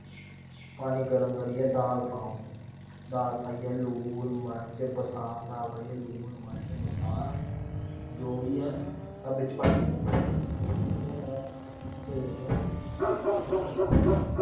पानी गर्म करियै दाल पाओ दाल पाइयै लून मर्च बसार जो बी ऐ सब बिच्च पाई ओड़ो थोह्ड़ा जेहा तेल पाई ओड़ो